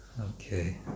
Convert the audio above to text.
Okay